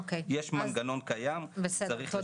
יש מנגנון קיים, צריך לשכפל אותו.